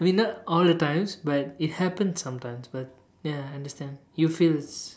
maybe not all the times but it happens sometimes but ya I understand you feel